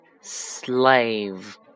Slave